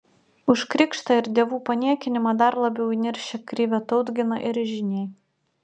už krikštą ir dievų paniekinimą dar labiau įniršę krivė tautgina ir žyniai